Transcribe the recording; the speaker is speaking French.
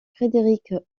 frédéric